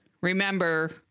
Remember